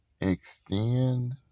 Extend